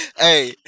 Hey